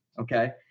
okay